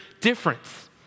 difference